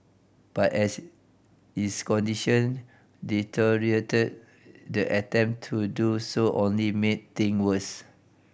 but as his condition deteriorated the attempt to do so only made thing worse